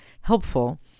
helpful